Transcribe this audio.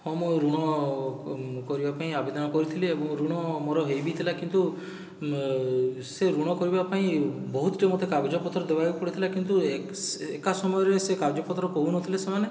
ହଁ ମୁଇଁ ଋଣ କରିବା ପାଇଁ ଆବେଦନ କରିଥିଲି ଏବଂ ଋଣ ମୋର ହେଇବି ଥିଲା କିନ୍ତୁ ସେ ଋଣ କରିବା ପାଇଁ ବହୁତଟେ ମୋତେ କାଗଜପତ୍ର ଦେବାକେ ପଡ଼ିଥିଲା କିନ୍ତୁ ଏକା ସସମୟରେ ସେ କାଗଜପତ୍ର କହୁନଥିଲେ ସେମାନେ